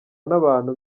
n’abantu